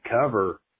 cover